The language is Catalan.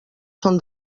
són